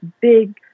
big